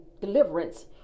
deliverance